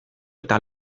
eta